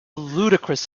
ludicrous